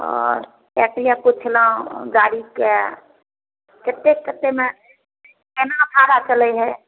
एहि दिआ पुछ्लहुँ गाड़ीके कतेक कतेकमे केना भाड़ा चलैत हइ